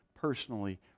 personally